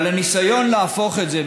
אבל הניסיון להפוך את זה,